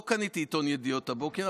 לא קניתי עיתון ידיעות הבוקר,